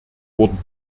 wurden